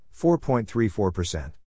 4.34%